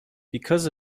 because